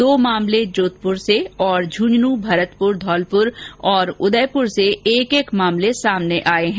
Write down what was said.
दो मामले जोधपुर से और झुंझुनू भरतपुर धौलपुर और उदयपुर से एक एक मामले सामने आए हैं